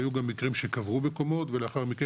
היו גם מקרים שקברו בקומות ולאחר מכן